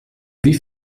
wie